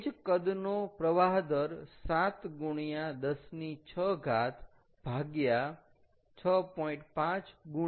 એ જ કદનો પ્રવાહ દર 7 x 106 6